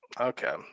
Okay